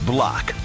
Block